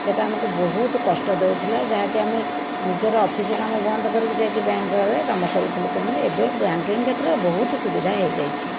ସେଇଟା ଆମକୁ ବହୁତ କଷ୍ଟ ଦେଉଥିଲା ଯାହାକି ଆମେ ନିଜର ଅଫିସ କାମ ବନ୍ଦ କରିକି ଯାଇକି ବ୍ୟାଙ୍କ ରେ କାମ କରୁଥିଲୁ ତେଣୁ ଏବେ ବ୍ୟାଙ୍କିଙ୍ଗ କ୍ଷେତ୍ରରେ ବହୁତ ସୁବିଧା ହେଇଯାଇଛି